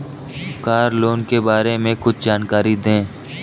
Car loan के बारे में कुछ जानकारी दें?